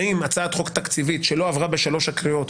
האם הצעת חוק תקציבית שלא עברה בשלוש הקריאות